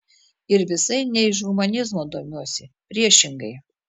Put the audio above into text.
ir visai ne iš humanizmo domiuosi priešingai